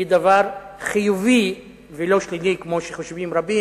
זה דבר חיובי ולא שלילי, כמו שחושבים רבים.